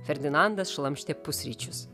ferdinandas šlamštė pusryčius